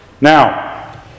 now